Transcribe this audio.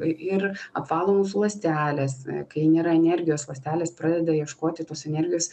ir apvalo mūsų ląsteles kai nėra energijos ląstelės pradeda ieškoti tos energijos